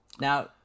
Now